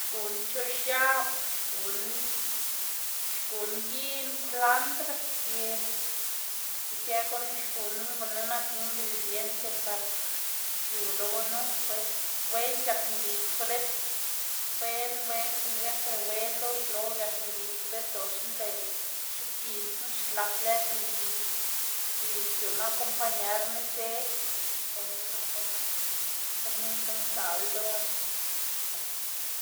xguna pchoꞌx x̱ab, xguná, xguná giꞌn, kwlandr, ptie, ic̲h̲ë gunu xguná gunu nak ingrediente par xiu lo gunu pues. Wen c̲h̲ak ngid frit, wen wen ya que wenla uyelo uyak ngid frit oxna lëꞌ x̱uꞌbgiꞌn knu xlat lëd ngid y c̲h̲uꞌnnu acompañar niszed gunu nak komid guꞌn sdzaꞌl ldoná.